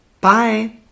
Bye